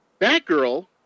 Batgirl